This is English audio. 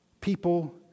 people